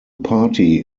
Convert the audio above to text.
party